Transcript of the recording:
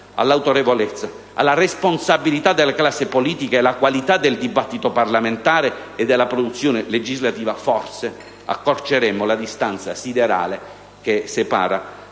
all'autorevolezza, alla responsabilità della classe politica e alla qualità del dibattito parlamentare e della produzione legislativa, forse accorceremmo la distanza siderale che separa